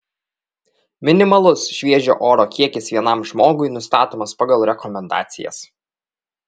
minimalus šviežio oro kiekis vienam žmogui nustatomas pagal rekomendacijas